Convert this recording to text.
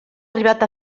arribat